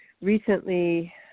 recently